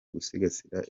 gusigasira